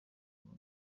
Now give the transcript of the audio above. nabo